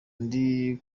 ndi